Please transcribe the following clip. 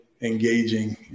engaging